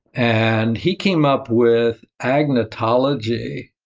and he came up with agnatology.